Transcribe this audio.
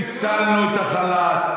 ביטלנו את החל"ת,